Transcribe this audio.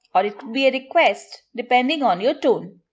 or it could be request depending on your tone,